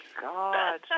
God